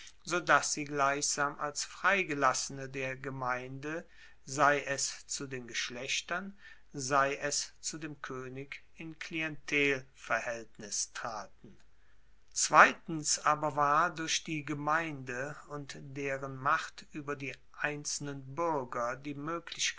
dass sie gleichsam als freigelassene der gemeinde sei es zu den geschlechtern sei es zu dem koenig in klientelverhaeltnis traten zweitens aber war durch die gemeinde und deren macht ueber die einzelnen buerger die